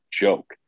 joke